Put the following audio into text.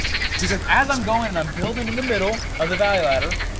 because as i'm going and i'm building in the middle of the value ladder,